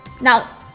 now